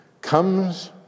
Comes